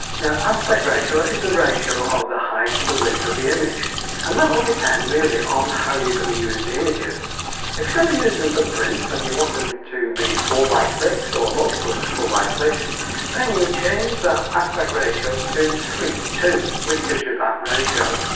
now aspect ratio is the ratio of the height to the width of the image and that will depend really on how you're going to use the images if you're going to use them for prints and you want them ah to be four x six or multiples of four by six then you would change the aspect ratio to three to two which gives you that ratio.